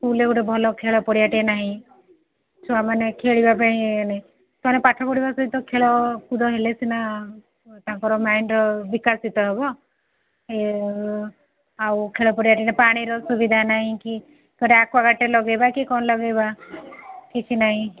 ସ୍କୁଲରେ ଗୋଟେ ଭଲ ଖେଳ ପଡ଼ିଆଟେ ନାହିଁ ଛୁଆମାନେ ଖେଳିବା ପାଇଁ କିଛି ନାହିଁ ପାଠ ପଢ଼ିବା ସହିତ ଖେଳକୁଦ ହେଲେ ସିନା ତାଙ୍କର ମାଇଣ୍ଡର ବିକାଶ ହେବ ଆଉ ଖେଳ ପଡ଼ିଆଟେ କି ପାଣିର ସୁବିଧା ନାହିଁ କି ଗୋଟେ ଆକ୍ୱାଗାର୍ଡ୍ଟେ ଲଗେଇବା କି କ'ଣ ଲଗେଇବା କିଛି ନାହିଁ